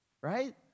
Right